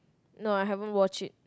no I haven't watch it